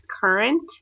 current